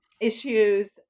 issues